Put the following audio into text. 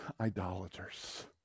idolaters